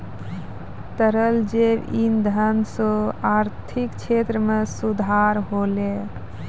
तरल जैव इंधन सँ आर्थिक क्षेत्र में सुधार होलै